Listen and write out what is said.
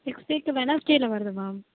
next week வென்னஸ்டேயில் வருது ma'am